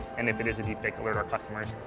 and if it is a deepfake, alert our customers.